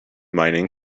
mining